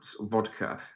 vodka